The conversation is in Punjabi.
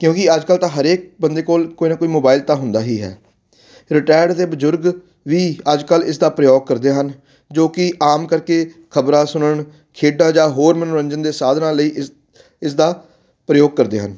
ਕਿਉਂਕਿ ਅੱਜ ਕੱਲ ਤਾਂ ਹਰੇਕ ਬੰਦੇ ਕੋਲ ਕੋਈ ਨਾ ਕੋਈ ਮੋਬਾਈਲ ਤਾਂ ਹੁੰਦਾ ਹੀ ਹੈ ਰਿਟਾਇਰਡ ਅਤੇ ਬਜ਼ੁਰਗ ਵੀ ਅੱਜਕੱਲ ਇਸ ਦਾ ਪ੍ਰਯੋਗ ਕਰਦੇ ਹਨ ਜੋ ਕਿ ਆਮ ਕਰਕੇ ਖਬਰਾਂ ਸੁਣਨ ਖੇਡਾਂ ਜਾਂ ਹੋਰ ਮਨੋਰੰਜਨ ਦੇ ਸਾਧਨਾਂ ਲਈ ਇਸ ਇਸਦਾ ਪ੍ਰਯੋਗ ਕਰਦੇ ਹਨ